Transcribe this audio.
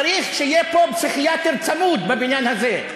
צריך שיהיה פה פסיכיאטר צמוד בבניין הזה.